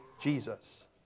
Jesus